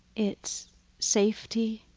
it's safety.